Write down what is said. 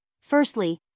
Firstly